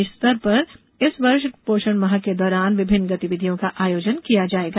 प्रदेश स्तर पर इस वर्ष पोषण माह के दौरान में विभिन्न गतिविधियों का आयोजन किया जाएगा